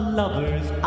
lover's